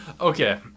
Okay